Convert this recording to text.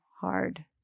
hard